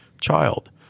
child